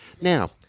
Now